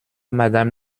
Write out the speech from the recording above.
madame